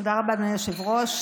תודה רבה, אדוני היושב-ראש.